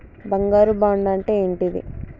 బంగారు బాండు అంటే ఏంటిది?